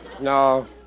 No